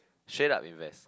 straight up invest